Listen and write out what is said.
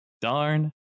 darn